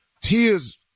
Tears